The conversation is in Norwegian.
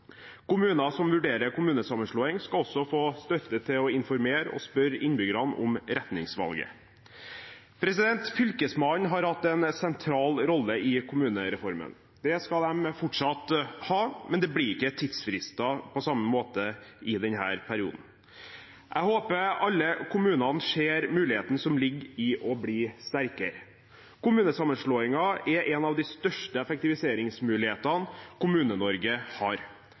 Kommuner som vurderer kommunesammenslåing, skal også få støtte til å informere og spørre innbyggerne om retningsvalget. Fylkesmennene har hatt en sentral rolle i kommunereformen. Det skal de fortsatt ha, men det blir ikke tidsfrister på samme måte i denne perioden. Jeg håper alle kommunene ser muligheten som ligger i å bli sterkere. Kommunesammenslåinger er en av de sterkeste effektiviseringsmulighetene Kommune-Norge har.